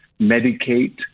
medicate